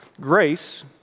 Grace